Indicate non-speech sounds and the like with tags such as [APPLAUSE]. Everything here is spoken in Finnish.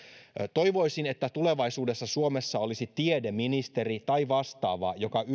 toivoisin että tulevaisuudessa suomessa olisi tiedeministeri tai vastaava joka [UNINTELLIGIBLE]